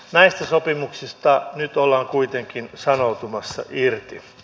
näistä sopimuksista nyt ollaan kuitenkin sanoutumassa irti